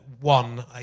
one